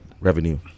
revenue